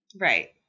Right